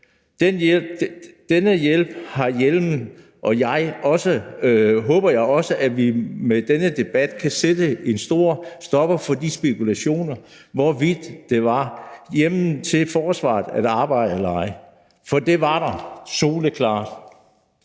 zone 3. I forhold til det håber jeg også, at vi med denne debat kan sætte en stor stopper for de spekulationer om, hvorvidt der var hjemmel til forsvaret i forhold til at arbejde eller ej, for det var der soleklart.